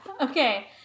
Okay